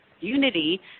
unity